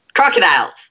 Crocodiles